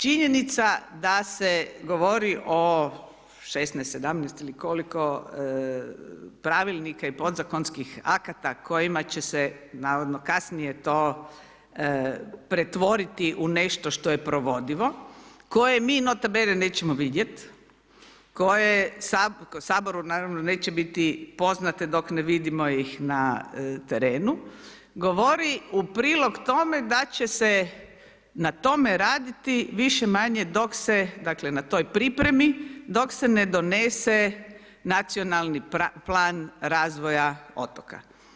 Činjenica da se govori o 16,17 ili koliko Pravilnika i Podzakonskih akata kojima će se, navodno, kasnije to pretvoriti u nešto što je provodivo, koje mi … [[Govornik se ne razumije]] nećemo vidjeti, koje Saboru, naravno, neće biti poznate, dok ne vidimo ih na terenu, govori u prilog tome da će se na tome raditi više-manje dok se, dakle, na toj pripremi, dok se ne donese Nacionalni plan razvoja otoka.